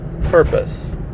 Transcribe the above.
purpose